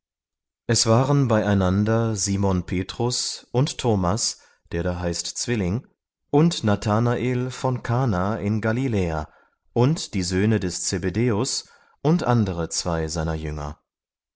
es waren beieinander simon petrus und thomas der da heißt zwilling und nathanael von kana in galiläa und die söhne des zebedäus und andere zwei seiner jünger